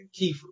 Kiefer